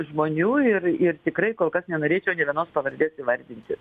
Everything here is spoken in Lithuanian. žmonių ir ir tikrai kol kas nenorėčiau nė vienos pavardės įvardinti